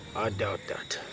doubt that.